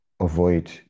avoid